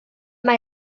mae